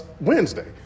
Wednesday